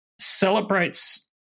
celebrates